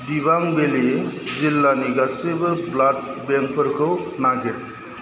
दिबां भेली जिल्लानि गासिबो ब्लाड बेंकफोरखौ नागिर